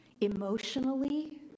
emotionally